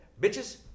Bitches